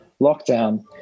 lockdown